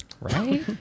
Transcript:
Right